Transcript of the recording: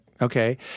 Okay